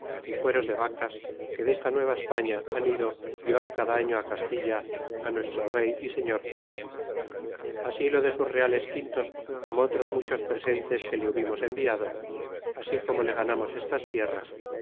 y cueros de vacas que desta nueva españa han ido y van cada año castilla nuestro rey y señor así lo de sus reales quintos como otros muchos presentes que le hubimos enviado así como le ganamos estas tierras